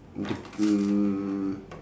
the mm